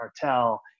cartel